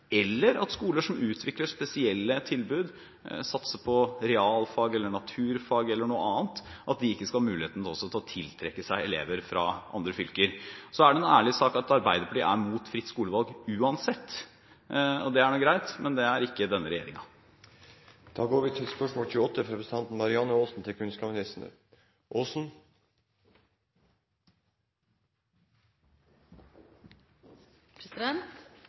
eller at skoler som utvikler spesielle tilbud, satser på realfag, naturfag eller noe annet, ikke skal ha muligheten til å tiltrekke seg elever fra andre fylker. Så er det en ærlig sak at Arbeiderpartiet er mot fritt skolevalg uansett. Det er nå greit – men det er ikke denne